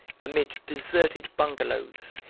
amid deserted bungalows,